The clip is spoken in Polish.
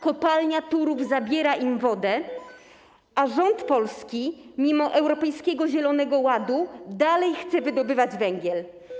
Kopalnia Turów zabiera im wodę, a rząd polski mimo Europejskiego Zielonego Ładu dalej chce wydobywać węgiel.